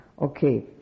Okay